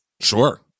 Sure